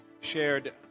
shared